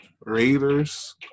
Raiders